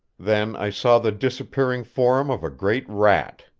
then i saw the disappearing form of a great rat,